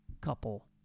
couple